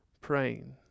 praying